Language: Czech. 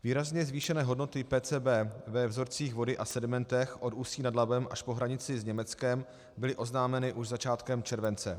Výrazně zvýšené hodnoty PCB ve vzorcích vody a v sedimentech od Ústí nad Labem až po hranici s Německem byly oznámeny už začátkem července.